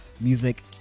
music